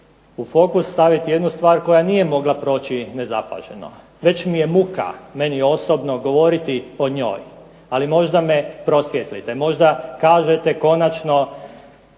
u fokus staviti jednu stvar koja nije mogla proći nezapaženo. Već mi je muka, meni osobno, govoriti o njoj. Ali, možda me prosvijetlite, možda kažete konačno